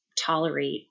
tolerate